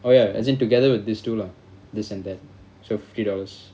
oh ya as in together with these two lah this and that so fifty dollars